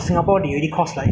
the economy loss lah